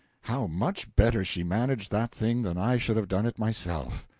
how much better she managed that thing than i should have done it myself!